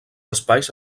espais